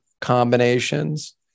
combinations